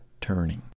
turning